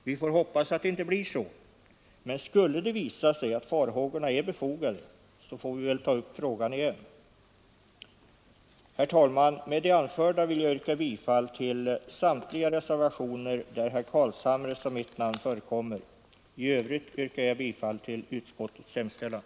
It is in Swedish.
Vi får hoppas att det inte blir så, men skulle det visa sig att farhågorna är befogade så får vi väl ta upp frågan igen. Herr talman! Med det anförda vill jag yrka bifall till samtliga reservationer där herr Carlshamres och mitt namn förekommer. I övrigt yrkar jag bifall till utskottets hemställan.